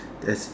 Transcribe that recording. as